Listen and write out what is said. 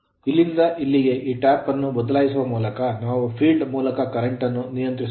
ಇಲ್ಲಿಂದ ಇಲ್ಲಿಗೆ ಈ ಟ್ಯಾಪ್ ಅನ್ನು ಬದಲಾಯಿಸುವ ಮೂಲಕ ನಾವು field ಕ್ಷೇತ್ರದ ಮೂಲಕ ಕರೆಂಟ್ ನ್ನು ನಿಯಂತ್ರಿಸಬಹುದು